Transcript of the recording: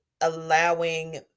allowing